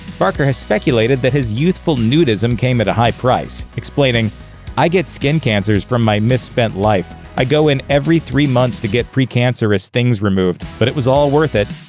barker has speculated that his youthful nudism came at a high price, explaining i get skin cancers from my misspent life. i go in every three months to get pre-cancerous things removed. but it was all worth it.